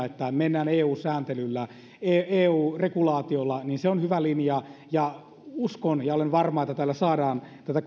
että mennään eu sääntelyllä eu regulaatiolla on hyvä linja uskon ja olen varma että tällä saadaan tätä